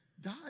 die